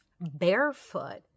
barefoot